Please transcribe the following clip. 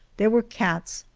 there were cats,